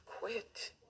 quit